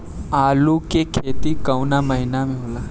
आलू के खेती कवना महीना में होला?